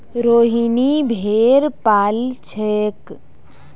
रोहिनी भेड़ पा ल छेक